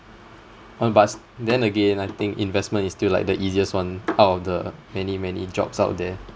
uh but then again I think investment is still like the easiest one out of the many many jobs out there